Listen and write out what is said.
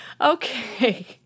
Okay